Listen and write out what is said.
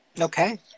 Okay